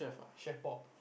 chef bob